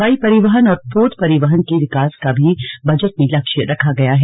हवाई परिवहन और पोत परिवहन के विकास का भी बजट में लक्ष्य रखा गया है